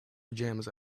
pajamas